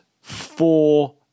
four